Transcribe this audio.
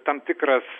tam tikras